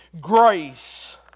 grace